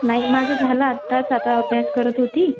नाही माझं झालं आत्ताच आता अभ्यास करत होती